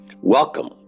Welcome